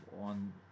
on